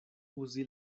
uzi